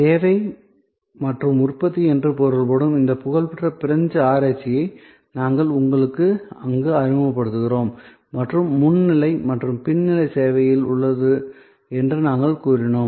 சேவை மற்றும் உற்பத்தி என்று பொருள்படும் இந்த புகழ்பெற்ற பிரெஞ்சு ஆராய்ச்சியை நாங்கள் உங்களுக்கு அங்கு அறிமுகப்படுத்துகிறோம் மற்றும் முன் நிலை மற்றும் பின் நிலை சேவையில் உள்ளது என்று நாங்கள் கூறினோம்